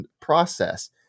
process